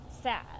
sad